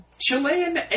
Chilean